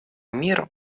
мир